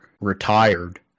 retired